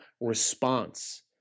response